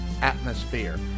atmosphere